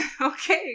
Okay